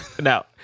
no